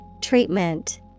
Treatment